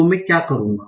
तो मैं क्या करूंगा